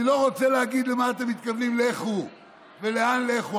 אני לא רוצה להגיד למה אתם מתכוונים ב"לכו" ולאן זה "לכו",